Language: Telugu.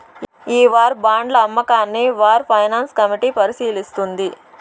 ఈ వార్ బాండ్ల అమ్మకాన్ని వార్ ఫైనాన్స్ కమిటీ పరిశీలిస్తుంది